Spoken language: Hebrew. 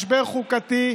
משבר חוקתי,